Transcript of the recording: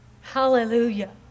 Hallelujah